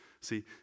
See